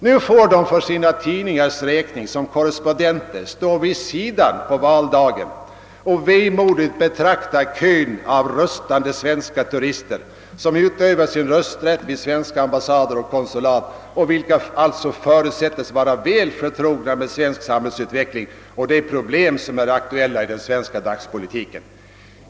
Nu får de för sina tidningars räkning som korrespondenter stå vid sidan om på valdagen och vemodigt betrakta kön av röstande svenska turister som utövar sin rösträtt vid svenska ambassader och konsulat och vilka alltså förutsätts vara väl förtrogna med svensk samhällsutveckling och de problem som är aktuella i den svenska dagspolitiken.